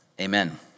amen